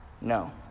No